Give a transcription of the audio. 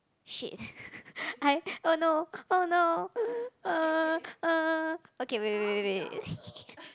!shit! I oh no oh no okay wait wait wait wait wait